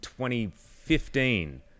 2015